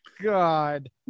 God